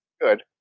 good